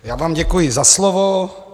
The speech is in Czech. Já vám děkuji za slovo.